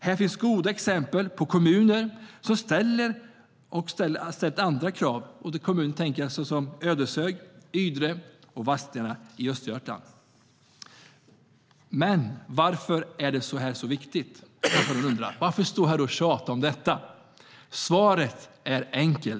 Det finns goda exempel på kommuner som har ställt andra krav, såsom Ödeshög, Ydre och Vadstena i Östergötland.Men varför är då det här så viktigt, kanske någon undrar. Varför stå här och tjata om detta? Svaret är enkelt.